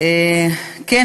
טלי פלוסקוב,